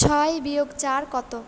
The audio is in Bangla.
ছয় বিয়োগ চার কতো